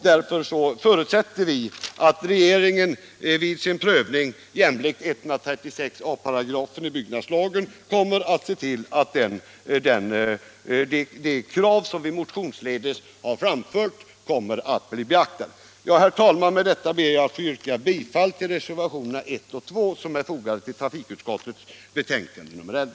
Vi förutsätter att regeringen vid sin prövning jämlikt 136 a § byggnadslagen kommer att se till att det krav som vi motionsledes har framfört blir beaktat.